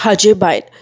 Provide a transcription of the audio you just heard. हाचे भायर